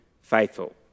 faithful